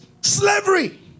slavery